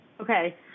Okay